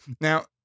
Now